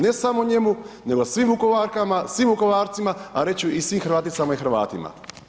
Ne samo njemu nego svim Vukovarkama, svim Vukovarcima, a reći ću i svim Hrvaticama i Hrvatima.